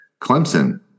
Clemson